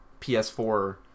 PS4